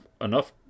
enough